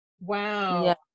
Wow